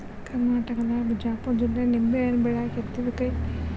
ಕರ್ನಾಟಕದಾಗ ಬಿಜಾಪುರ ಜಿಲ್ಲೆ ನಿಂಬೆಹಣ್ಣ ಬೆಳ್ಯಾಕ ಯತ್ತಿದ ಕೈ